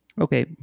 okay